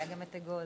היתה גם "אגוז".